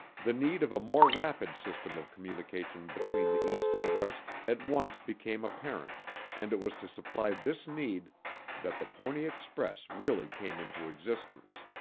the need of a more rapid system of communication between the east and west at once became apparent and it was to supply this need that the pony express really came into existence.